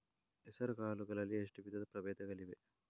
ಹೆಸರುಕಾಳು ಗಳಲ್ಲಿ ಎಷ್ಟು ವಿಧದ ಪ್ರಬೇಧಗಳಿವೆ?